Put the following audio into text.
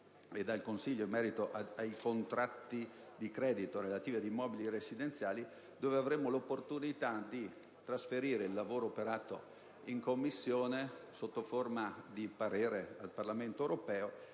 al Consiglio in merito ai contratti di credito relativi ad immobili residenziali, di trasferire il lavoro operato in Commissione sotto forma di parere al Parlamento europeo.